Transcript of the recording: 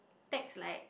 text like